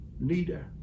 leader